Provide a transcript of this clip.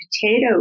potato